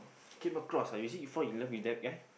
came across ah is it you fall in love with that guy